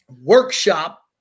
workshop